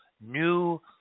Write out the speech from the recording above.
new